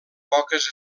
poques